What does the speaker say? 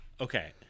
Okay